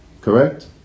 correct